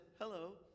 hello